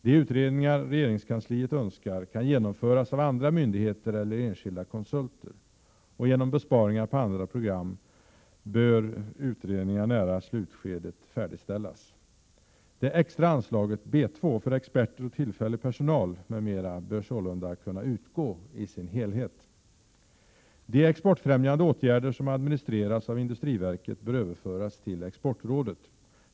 De utredningar regeringskansliet önskar kan genomföras av andra myndigheter eller enskilda konsulter. Genom besparingar på andra program bör utredningar nära slutskedet färdigställas. Det extra anslaget B 2 för experter och tillfällig personal, m.m. bör sålunda kunna utgå i sin helhet. De exportfrämjande åtgärder som administreras av industriverket bör överföras till Exportrådet.